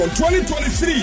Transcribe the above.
2023